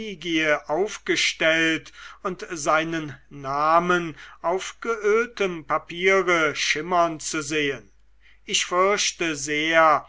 aufgestellt und seinen namen auf geöltem papiere schimmern zu sehen ich fürchte sehr